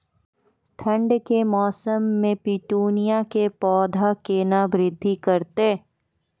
ठंड के मौसम मे पिटूनिया के पौधा केना बृद्धि करतै?